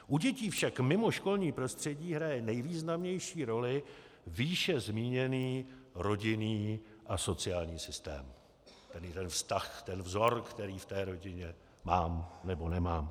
U dětí však mimo školní prostředí hraje nejvýznamnější roli výše zmíněný rodinný a sociální systém, tedy ten vztah, ten vzor, který v rodině mám, nebo nemám.